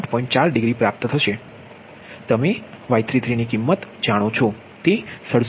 4 degree તમે Y33 ની કિમત જણો છો 67